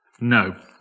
No